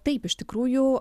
taip iš tikrųjų